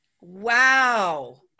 Wow